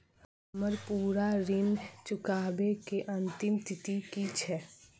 हम्मर पूरा ऋण चुकाबै केँ अंतिम तिथि की छै?